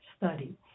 study